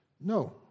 No